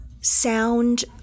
sound